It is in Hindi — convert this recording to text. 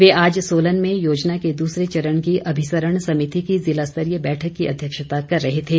वे आज सोलन में योजना के दूसरे चरण की अभिसरण समिति की जिला स्तरीय बैठक की अध्यक्षता कर रहे थे